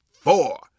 Four